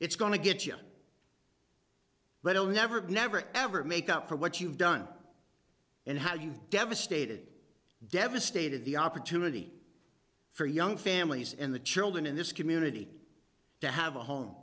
it's going to get you little never never ever make up for what you've done and how you've devastated devastated the opportunity for young families in the children in this community to have a home